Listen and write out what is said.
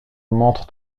montre